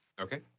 Okay